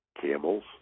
camels